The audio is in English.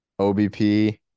OBP